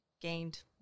gained